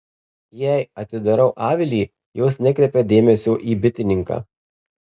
jei atidarau avilį jos nekreipia dėmesio į bitininką